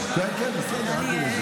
אתה צריך להוסיף לי עוד חמש דקות,